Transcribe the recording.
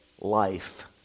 life